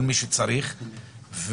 מי שצריך,